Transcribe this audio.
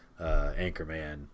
anchorman